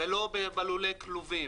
ולא בלולי כלובים.